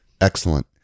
Excellent